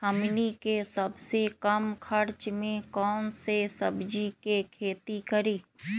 हमनी के सबसे कम खर्च में कौन से सब्जी के खेती करी?